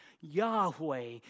Yahweh